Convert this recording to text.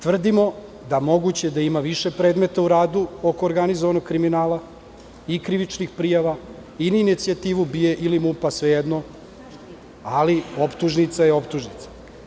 Tvrdimo da je moguće da ima više predmeta u radu oko organizovanog kriminala i krivičnih prijava i na inicijativu BIA ili MUP, svejedno, ali optužnica je optužnica.